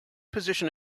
position